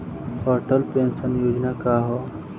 Atal pension योजना का ह?